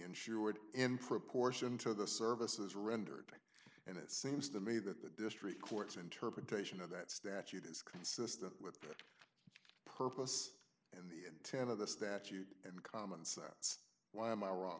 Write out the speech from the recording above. insured in proportion to the services rendered and it seems to me that the district court's interpretation of that statute is consistent with the purpose and the intent of the statute and common sense why am i wrong